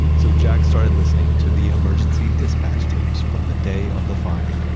so, jack started listening to the emergency dispatch tapes from the day of the fire.